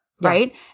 right